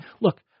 look